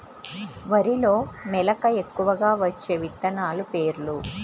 వరిలో మెలక ఎక్కువగా వచ్చే విత్తనాలు పేర్లు?